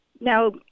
now